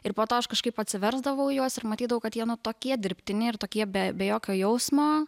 ir po to aš kažkaip atsiversdavau juos ir matydavau kad jie nu tokie dirbtini ir tokie be be jokio jausmo